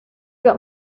got